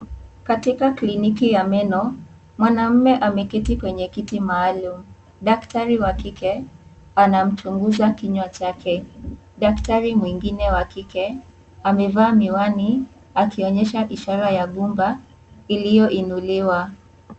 Katika (cs) kliniki (cs) ya meno mwanamme ameketi kwenye kiti maalum. Daktari wa kike anamchunguza kinywa chake, daktari mwingine wa kike amevaa miwani akionyesha ishara ya gumba iliyoinuliwa.